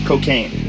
Cocaine